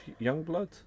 Youngblood